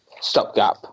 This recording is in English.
stopgap